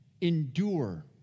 endure